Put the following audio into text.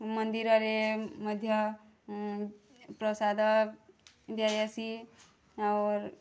ମନ୍ଦିରରେ ମଧ୍ୟ ପ୍ରସାଦ ଦିଆ ଯାସି ଅର୍